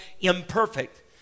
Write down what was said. imperfect